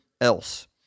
else